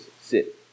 sit